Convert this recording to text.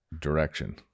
direction